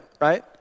right